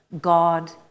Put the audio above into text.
God